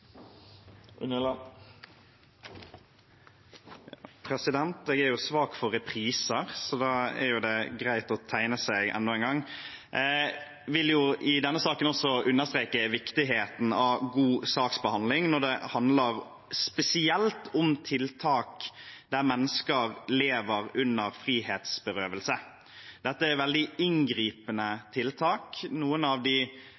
Jeg er svak for repriser, så da er det jo greit å tegne seg enda en gang. Jeg vil i denne saken understreke viktigheten av god saksbehandling når det spesielt handler om tiltak der mennesker lever under frihetsberøvelse. Dette er veldig inngripende tiltak, noen av de